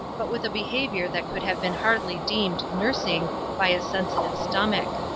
but with a behaviour that could have been hardly deemed nursing by a sensitive stomach.